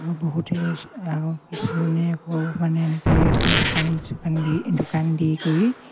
বহুতে কিছুমানে আকৌ মানে এনেকে দোকান চোকান দি দোকান দি কৰি